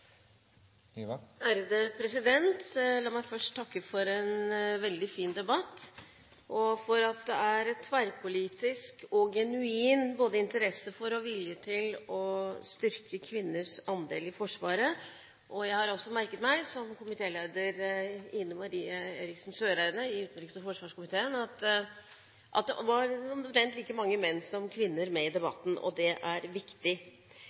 La meg først takke for en veldig fin debatt og for at det er tverrpolitisk og genuin både interesse for og vilje til å styrke kvinners andel i Forsvaret. Jeg har også merket meg, som komitéleder Ine Marie Eriksen Søreide i utenriks- og forsvarskomiteen, at det var omtrent like mange menn som kvinner med i debatten, og det er viktig.